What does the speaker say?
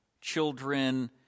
children